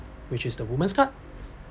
which is the woman's card